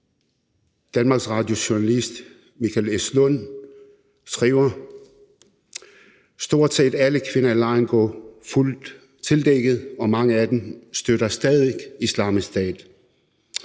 Danmarks Radios journalist Michael S. Lund skriver: »Stort set alle kvinder i lejren går fuldt tildækket, og mange af dem støtter stadig Islamisk Stats